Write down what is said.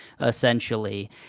essentially